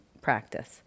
practice